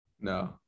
No